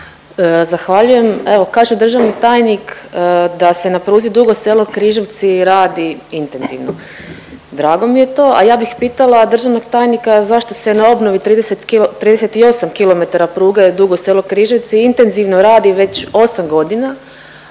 Zahvaljujem. Evo, kaže državni tajnik da se na pruzi Dugo Selo-Križevci radi intenzivno. Drago mi je to, a ja bih pitala državnog tajnika zašto se na obnovi 30 .../nerazumljivo/... 38 km pruge Dugo Selo-Križevci intenzivno radi već 8 godina,